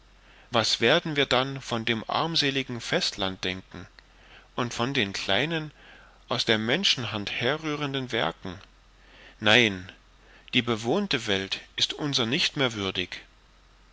was werden wir dann von dem armseligen festland denken und von den kleinen aus der menschenhand herrührenden werken nein die bewohnte welt ist unser nicht mehr würdig